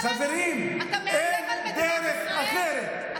חברים, אין דרך אחרת.